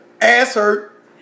ass-hurt